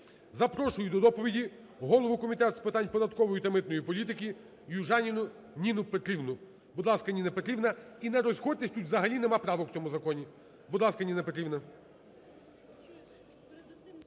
Запрошую до доповіді голову Комітету з питань податкової та митної політики Южаніну Ніну Петрівну. Будь ласка, Ніна Петрівна. І не розходьтесь. Тут взагалі нема правок, в цьому законі. Будь ласка, Ніна Петрівна.